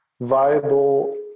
viable